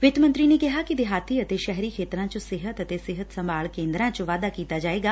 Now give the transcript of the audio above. ਵਿੱਤ ਮੰਤਰੀ ਨੇ ਕਿਹਾ ਕਿ ਦੇਹਾਤੀ ਅਤੇ ਸ਼ਹਿਰੀ ਖੇਤਰਾਂ 'ਚ ਸਿਹਤ ਅਤੇ ਸੰਭਾਲ ਕੇਂਦਰਾਂ 'ਚ ਵਾਧਾ ਕੀਤਾ ਜਾਏਗਾ